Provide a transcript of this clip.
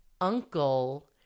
uncle